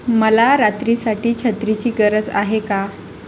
मला रात्रीसाठी छत्रीची गरज आहे का